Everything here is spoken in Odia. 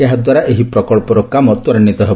ଏହା ଦ୍ୱାରା ଏହି ପ୍ରକବ୍ବର କାମ ତ୍ୱରାନ୍ୱିତ ହେବ